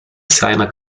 seiner